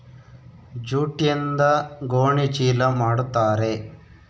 ಜೂಟ್ಯಿಂದ ಗೋಣಿ ಚೀಲ ಮಾಡುತಾರೆ